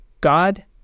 God